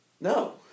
No